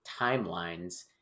timelines